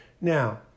Now